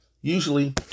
usually